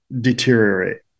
deteriorate